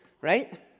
right